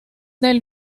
del